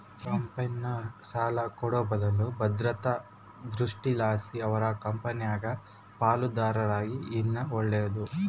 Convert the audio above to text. ಕಂಪೆನೇರ್ಗೆ ಸಾಲ ಕೊಡೋ ಬದ್ಲು ಭದ್ರತಾ ದೃಷ್ಟಿಲಾಸಿ ಅವರ ಕಂಪೆನಾಗ ಪಾಲುದಾರರಾದರ ಇನ್ನ ಒಳ್ಳೇದು